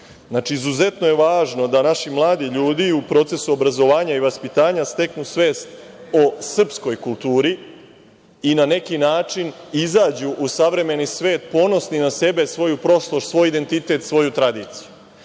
Srbiji. Izuzetno je važno da naši mladi ljudi u procesu obrazovanja i vaspitanja steknu svest o srpskoj kulturi i na neki način izađu u savremeni svet ponosni na sebe, svoju prošlost, svoj identitet, svoju tradiciju. Mi